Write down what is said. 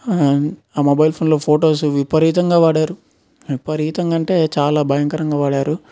and ఆ mobile ఫోన్లో photos విపరీతంగా వాడారు విపరీతంగా అంటే చాలా భయంకరంగా వాడారు